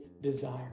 desire